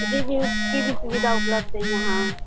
جی جی اس کی بھی سویدھا اپلبدھ ہے یہاں